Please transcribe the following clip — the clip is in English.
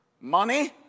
Money